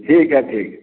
ठीक है ठीक है